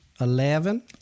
Eleven